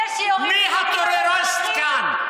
אלה שיורים, מי הטרוריסט כאן?